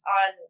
on